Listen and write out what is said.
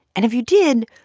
and if you did,